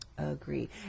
Agree